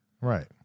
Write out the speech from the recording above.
Right